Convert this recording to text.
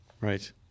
right